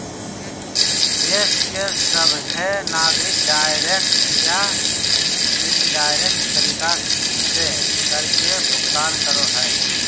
देश के सभहे नागरिक डायरेक्ट या इनडायरेक्ट तरीका से कर के भुगतान करो हय